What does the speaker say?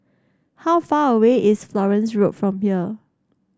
how far away is Florence Road from here